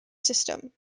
system